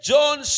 John